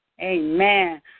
Amen